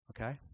Okay